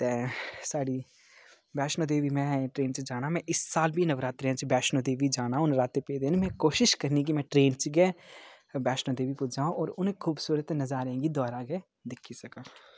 ते साढ़ी वैष्णो देवी में ट्रेन च जाना में इस साल बी नवरात्रें च वैष्णो देवी जाना हून नराते पेदे न में कोशिश करनी कि ट्रेन च गै वैष्णो देवी पुज्जां होर उ'नें खूबसूरत नज़ारें गी दोआरै गै दिक्खी सकां